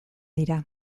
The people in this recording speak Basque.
dira